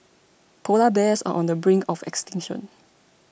Polar Bears are on the brink of extinction